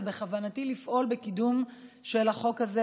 ובכוונתי לפעול בהקדם לקידום של החוק הזה.